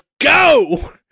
go